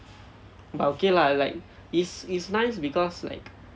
but okay lah like is is nice because like